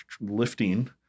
lifting